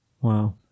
Wow